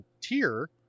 tier